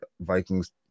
Vikings